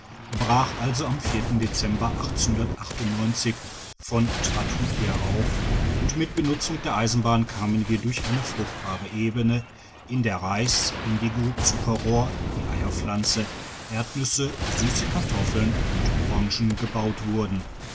brach also am dezember von twatutia auf und mit benutzung der eisenbahn kamen wir durch eine fruchtbare ebene in der reis indigo zuckerrohr die eierpflanze erdnüsse süsse kartoffeln und orangen gebaut wurden